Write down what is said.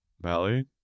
Valley